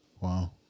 Wow